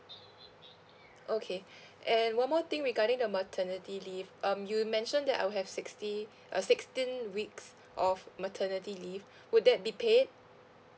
okay and one more thing regarding the maternity leave um you mentioned that I'll have sixty uh sixteen weeks of maternity leave would that be paid